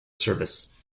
service